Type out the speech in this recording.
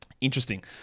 Interesting